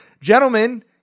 Gentlemen